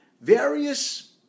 various